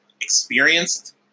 experienced